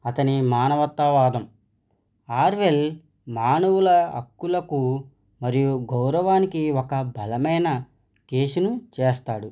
అతని మానవతావాదం ఆర్వెల్ మానవుల హక్కులకు మరియు గౌరవానికి ఒక బలమైన కేసును చేస్తాడు